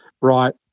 Right